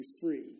free